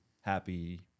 happy